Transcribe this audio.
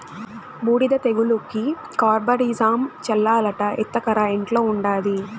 బూడిద తెగులుకి కార్బండిజమ్ చల్లాలట ఎత్తకరా ఇంట్ల ఉండాది